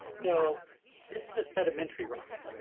you know this is a sedimentary rock.